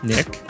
Nick